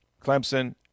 Clemson